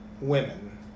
women